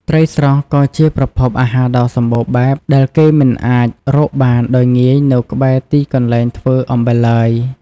ត្រីស្រស់ក៏ជាប្រភពអាហារដ៏សម្បូរបែបដែលគេមិនអាចរកបានដោយងាយនៅក្បែរទីកន្លែងធ្វើអំបិលឡើយ។